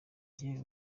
jye